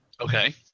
Okay